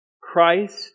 Christ